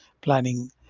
planning